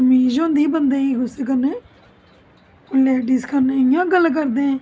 तमीज होंदी बंदे गी कुसै गी कन्ने लेडीज कन्नै इयां गल्ल करदे ना